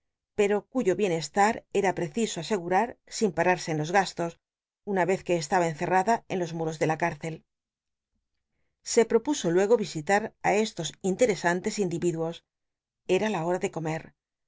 pero cuyo bienestm era preciso asegm u sin pararse en los gastos una ycz que estaba encerrada en lonnuros de la cárcel se propuso luego visitar cí estos interesantes individuos era la hora de come